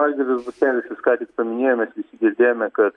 algirdas butkevičius ką tik paminėjo mes visi girdėjome kad